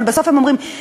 אבל בסוף הם אומרים,